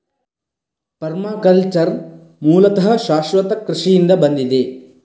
permaculture ಮೂಲತಃ ಶಾಶ್ವತ ಕೃಷಿಯಿಂದ ಬಂದಿದೆ